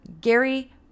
Gary